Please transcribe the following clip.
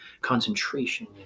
concentration